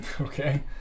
Okay